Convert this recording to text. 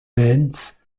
bands